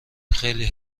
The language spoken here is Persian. خیلی